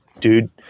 dude